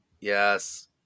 yes